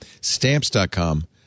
Stamps.com